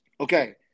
Okay